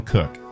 Cook